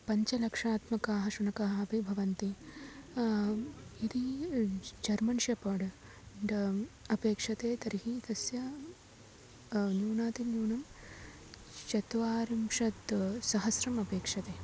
पञ्चलक्षात्मकाः शुनकाः अपि भवन्ति यदि जर्मन् शेपर्ड् ड् अपेक्षते तर्हि तस्य न्यूनातिन्यूनं चत्वारिंशत् सहस्रम् अपेक्षते